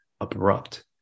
abrupt